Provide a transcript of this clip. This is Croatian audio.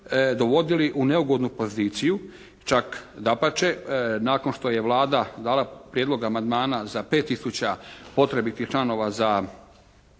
dovodili u neugodnu pozivaju, čak dapače nakon što je Vlada dala prijedlog amandmana za 5 tisuća potrebitih članova za